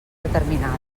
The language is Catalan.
determinada